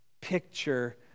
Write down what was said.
picture